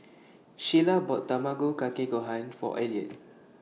Shyla bought Tamago Kake Gohan For Eliot